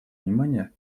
внимание